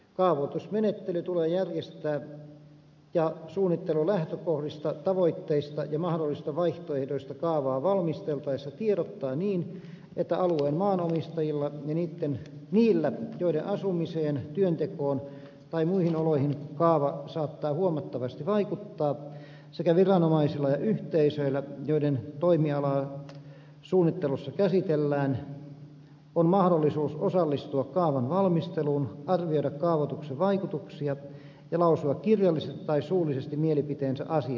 kaavoitusmenettely tulee järjestää ja suunnittelun lähtökohdista tavoitteista ja mahdollisista vaihtoehdoista kaavaa valmisteltaessa tiedottaa niin että alueen maanomistajilla ja niillä joiden asumiseen työntekoon tai muihin oloihin kaava saattaa huomattavasti vaikuttaa sekä viranomaisilla ja yhteisöillä joiden toimialaa suunnittelussa käsitellään on mahdollisuus osallistua kaavan valmisteluun arvioida kaavoituksen vaikutuksia ja lausua kirjallisesti tai suullisesti mielipiteensä asiasta